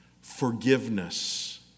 forgiveness